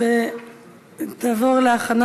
(צמצום סמכותו של בית-המשפט להטיל את ההכרעה